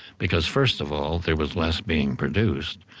because first of all there was less being produced,